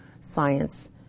science